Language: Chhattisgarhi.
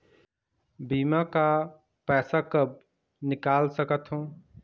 बीमा का पैसा कब निकाल सकत हो?